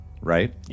right